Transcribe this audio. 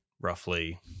roughly